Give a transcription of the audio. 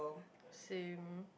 same